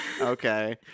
okay